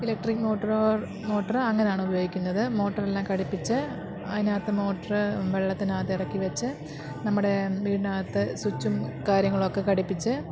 electric മോട്ടറോ motor അങ്ങനാണ് ഉപയോഗിക്കുന്നത് മോട്ടറെല്ലാം ഘടിപ്പിച്ച് അതിനകത്ത് മോട്ടറ് വെള്ളത്തിനകത്ത് ഇറക്കി വച്ച് നമ്മുടെ വീടിനകത്ത് സ്വിച്ചും കാര്യങ്ങളും ഒക്കെ ഘടിപ്പിച്ച്